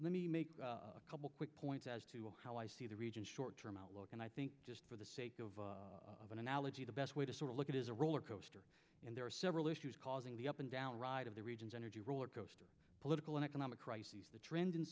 let me make a couple quick points as to how i see the region short term outlook and i think just for the sake of an analogy the best way to sort of look at is a roller coaster and there are several issues causing the up and down ride of the region's energy rollercoaster political and economic crises the trend in